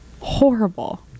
Horrible